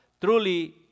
Truly